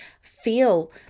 feel